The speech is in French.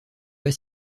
pas